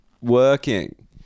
working